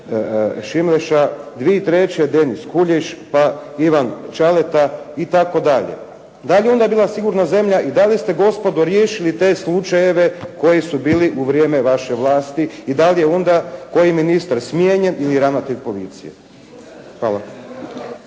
Šimleša, 2003. Denis Kuljiš, pa Ivan Čaleta itd. Da li je ona bila sigurna zemlja, i da li ste gospodo riješili te slučajeve koji su bili u vrijeme vaše vlasti i da li je onda koji ministar smijenjen ili ravnatelj policije? Hvala.